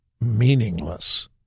meaningless